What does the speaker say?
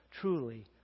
truly